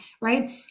right